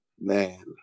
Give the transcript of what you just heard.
Man